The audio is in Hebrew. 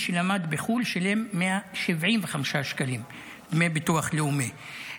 שלמד בחו"ל שילם 175 שקלים דמי ביטוח לאומי.